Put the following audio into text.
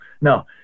No